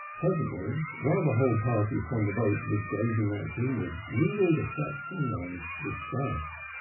presently, while the whole party from the boat was gazing at him with mingled affection and disgust,